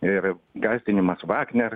ir gąsdinimas vagner